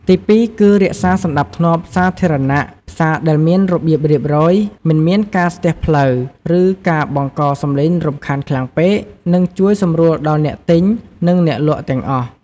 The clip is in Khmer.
ទីពីរ គឺ រក្សាសណ្ដាប់ធ្នាប់សាធារណៈ ផ្សារដែលមានរបៀបរៀបរយ មិនមានការស្ទះផ្លូវ ឬការបង្កសំឡេងរំខានខ្លាំងពេក នឹងជួយសម្រួលដល់អ្នកទិញ និងអ្នកលក់ទាំងអស់។